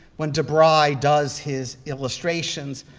when de bry does his illustrations,